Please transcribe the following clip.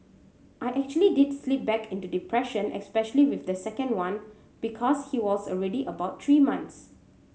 I actually did slip back into depression especially with the second one because he was already about three months